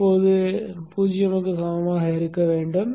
இப்போது இது 0 க்கு சமமாக இருக்க வேண்டும்